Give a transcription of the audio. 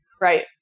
Right